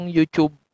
YouTube